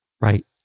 right